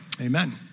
amen